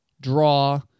draw